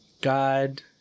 God